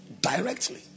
directly